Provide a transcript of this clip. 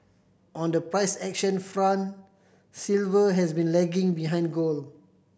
on the price action front silver has been lagging behind gold